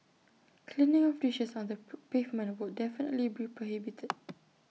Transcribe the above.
cleaning of dishes on the pavement definitely be prohibited